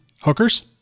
hookers